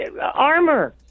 armor